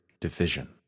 division